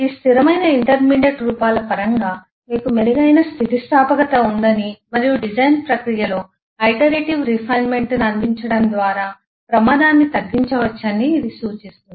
ఈ స్థిరమైన ఇంటర్మీడియట్ రూపాల పరంగా మీకు మెరుగైన స్థితిస్థాపకత ఉందని మరియు డిజైన్ ప్రక్రియలో ఐటరేటివ్ రిఫైన్మెంట్ను అందించడం ద్వారా ప్రమాదాన్ని తగ్గించవచ్చని ఇది సూచిస్తుంది